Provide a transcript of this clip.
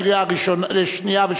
24 בעד, אין מתנגדים, אין נמנעים.